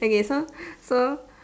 okay so so